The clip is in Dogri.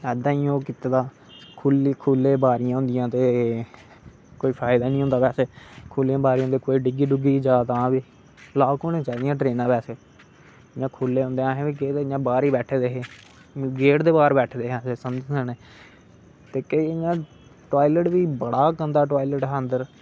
पहले गै ओङ् होंदा कीते दा खुलियां बारियां होंदियां ते कोई फायदा नी होंदा बैसे खुल्लियां बारियां कोई डिग्गी जाए तां बी लाॅक होनी चाहिदयां ट्रैना बैसे इयां खुल्ले होंदे अस बी बाहर गै बेठे दे गेट दे बाहर गै बेठे दे समझी सकने केंई इयां टाॅयलेट बी बड़ा गंदा टाॅयलट हा अंदर